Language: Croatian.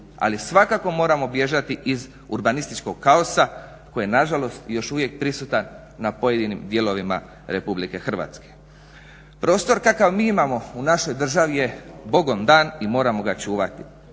ali svakako moramo bježati iz urbanističkog kaosa koji je na žalost još uvijek prisutan na pojedinim dijelovima Republike Hrvatske. Prostor kakav mi imamo u našoj državi je bogom dan i moramo ga čuvati.